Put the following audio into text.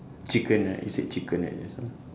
chicken right you said chicken right just now